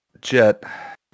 jet